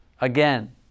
again